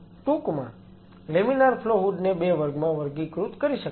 પરંતુ ટૂંકમાં laminar flow hood ને 2 વર્ગમાં વર્ગીકૃત કરી શકાય છે